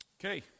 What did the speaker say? Okay